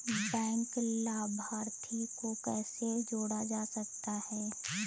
Bank लाभार्थी को कैसे जोड़ा जा सकता है?